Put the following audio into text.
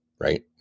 Right